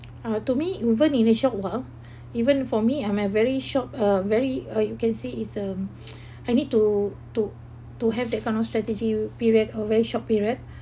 uh to me even in a short while even for me I'm a very short a very uh you can say is um I need to to to have that kind of strategy period a very short period